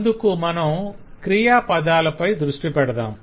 అందుకు మనం క్రియాపదాలపై దృష్టి పెడదాం